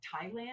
Thailand